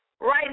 right